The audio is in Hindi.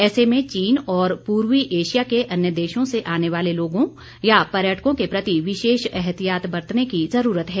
ऐसे में चीन और पूर्वी एशिया के अन्य देशों से आने वाले लोगों या पर्यटकों के प्रति विशेष एहतियात बरतने की जरूरत है